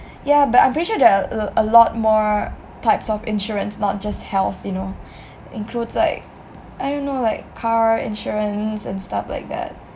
ya but I'm pretty sure there are a l~ lot more types of insurance not just health in you know includes like I don't know like car insurance and stuff like that